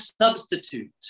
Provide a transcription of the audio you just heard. substitute